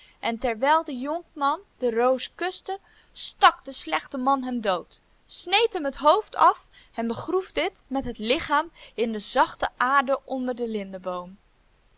en terwijl de jonkman de roos kuste stak de slechte man hem dood sneed hem het hoofd af en begroef dit met het lichaam in de zachte aarde onder den lindeboom